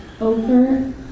Over